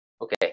Okay